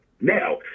Now